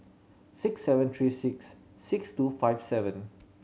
six seven three six six two five seven